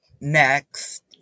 next